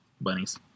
bunnies